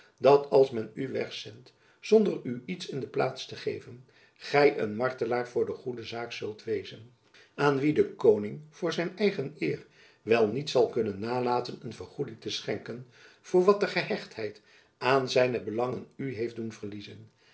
dat als men u wegzendt zonder u iets in de plaats te geven gy een martelaar voor de goede zaak zult wezen aan wien de koning voor zijn eigen eer wel niet zal kunnen nalaten een vergoeding te schenken voor wat de gehechtheid aan zijne belangen u heeft doen verliezen